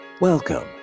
Welcome